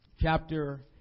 chapter